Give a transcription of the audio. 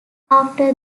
after